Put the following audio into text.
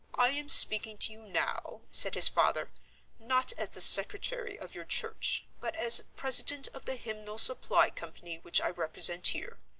i am speaking to you now, said his father not as the secretary of your church, but as president of the hymnal supply company which i represent here.